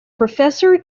professor